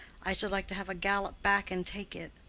i should like to have a gallop back and take it.